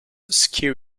ski